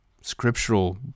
scriptural